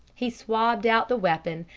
he swabbed out the weapon,